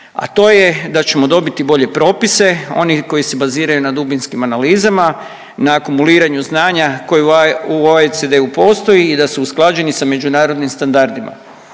a to je da ćemo dobiti bolje propise, one koji se baziraju na dubinskim analizama, na akumuliranju znanja koje u OECD-u postoji i da su usklađeni sa međunarodnim standardima.